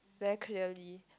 very clearly